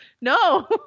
No